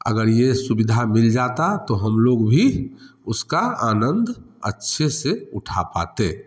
अगर ये सुविधा मिल जाता तो हम लोग भी उस का आनंद अच्छे से उठा पाते